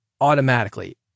automatically